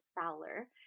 fowler